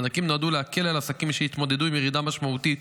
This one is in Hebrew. המענקים נועדו להקל על עסקים שהתמודדו עם ירידה משמעותית